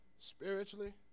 Spiritually